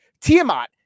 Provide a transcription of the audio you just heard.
Tiamat